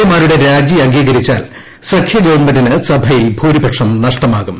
A മാരുടെ രാജി അംഗീകരിച്ചാൽ സഖ്യ ഗവൺമെന്റിന് സഭയിൽ ഭൂരിപക്ഷം നഷ്ടമാകും